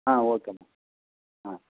ஆ ஓகேம்மா ஆ